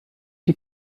die